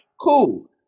Cool